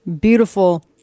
beautiful